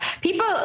People